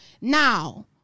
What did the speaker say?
Now